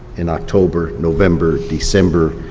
in october, november, december,